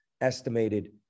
estimated